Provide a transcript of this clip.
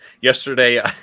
yesterday